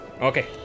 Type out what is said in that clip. Okay